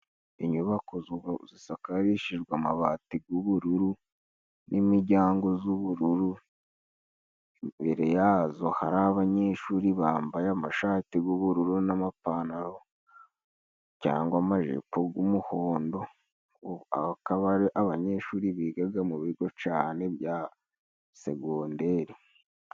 Inyubako zisakarishijwe amabati g'ubururu n'imiryango z'ubururu, imbere yazo hari abanyeshuri bambaye amashati g'ubururu n'amapantaro cyangwa amajipo g'umuhondo akaba ari abanyeshuri bigaga mu bigo cane bya segonderi.